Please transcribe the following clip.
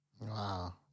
Wow